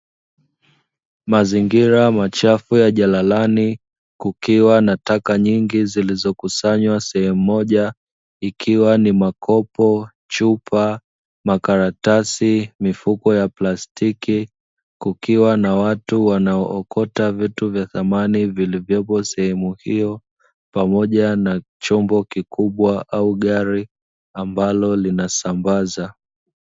Mazingira machafu ya jalalani, kukiwa na taka nyingi zilizokusanywa sehemu moja, ikiwa ni: makopo, chupa, makaratasi, mifuko ya plastiki. Kukiwa na watu wanaookota vitu vya thamani vilivyopo sehemu hiyo, pamoja na chombo kikubwa au gari, ambalo linasambaza.